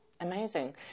Amazing